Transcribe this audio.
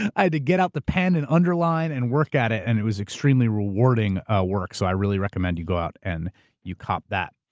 i had to get out the pen and underline and work at it, and it was extremely rewarding ah work. so i really recommend you go out and you cop that.